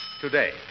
today